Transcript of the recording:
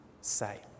say